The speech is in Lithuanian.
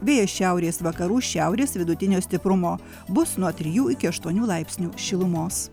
vėjas šiaurės vakarų šiaurės vidutinio stiprumo bus nuo trijų iki aštuonių laipsnių šilumos